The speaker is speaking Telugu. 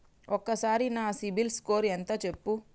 ఒక్కసారి నా సిబిల్ స్కోర్ ఎంత చెప్పు?